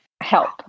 help